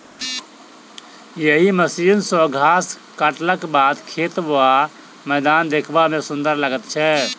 एहि मशीन सॅ घास काटलाक बाद खेत वा मैदान देखबा मे सुंदर लागैत छै